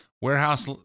warehouse